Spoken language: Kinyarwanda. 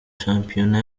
shampiona